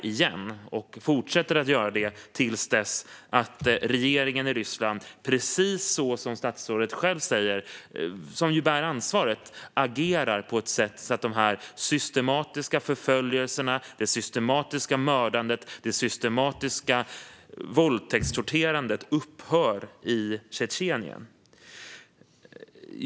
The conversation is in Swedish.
Jag önskar att hon fortsätter att göra det till dess att regeringen i Ryssland, som precis som statsrådet själv säger ju bär ansvaret, agerar på ett sätt så att de systematiska förföljelserna, det systematiska mördandet och den systematiska våldtäktstortyren i Tjetjenien upphör.